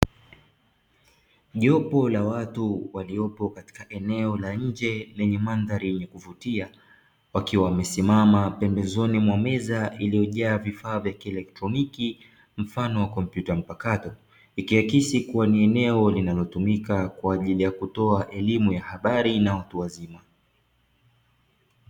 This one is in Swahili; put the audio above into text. Jopo la watu waliopo katika eneo la nje lenye mandhari yenye kuvutia wakiwa wamesimama pembezoni mwa meza iliyojaa vifaa vya kielektroniki mfano wa kompyuta mpakato ikiakisi kuwa ni eneo linalotumika kwa ajili ya kutoa elimu ya habari na watu wazima.